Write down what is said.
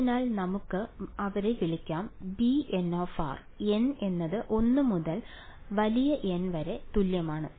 അതിനാൽ നമുക്ക് അവരെ വിളിക്കാം bn n എന്നത് 1 മുതൽ N വരെ തുല്യമാണ്